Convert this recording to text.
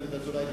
דוד אזולאי,